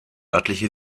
örtliche